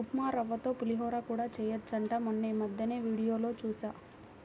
ఉప్మారవ్వతో పులిహోర కూడా చెయ్యొచ్చంట మొన్నీమద్దెనే వీడియోలో జూశా